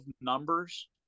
numbers